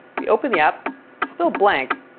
we open the app still blank.